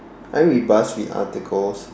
I read buzzfeed articles